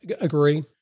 agree